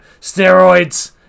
steroids